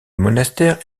monastère